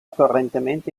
correntemente